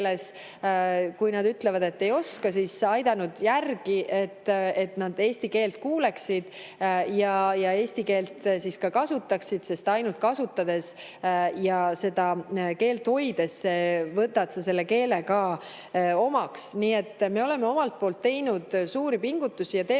Kui nad ütlevad, et ei oska, siis olen neid aidanud järgi, et nad eesti keelt kuuleksid ja eesti keelt kasutaksid, sest ainult keelt kasutades ja hoides võtad sa selle keele ka omaks. Nii et me oleme omalt poolt teinud suuri pingutusi ja teeme neid